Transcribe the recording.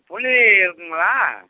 புளி இருக்குதுங்களா